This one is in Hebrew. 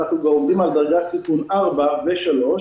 אנחנו כבר עובדים על דרגת סיכון 4 ו-3,